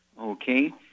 Okay